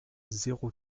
zéro